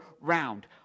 round